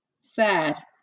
Sad